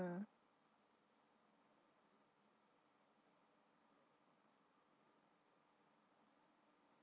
mm